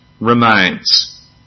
remains